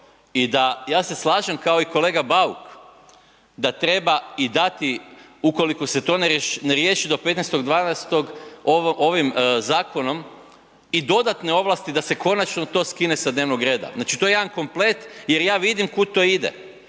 i da ja se slažem kao i kolega Bauk da treba i dati ukoliko se to ne riješi do 15.12. ovim zakonom i dodatne ovlasti da se konačno to skine sa dnevnog reda. Znači to je jedan komplet jer ja vidim kud to ide.